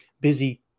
busy